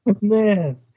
Man